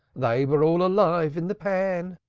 they were all alive in the pan.